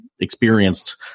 experienced